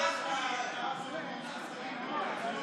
ההסתייגות (10) של